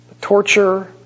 torture